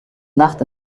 nacht